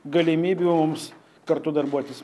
galimybių mums kartu darbuotis